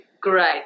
great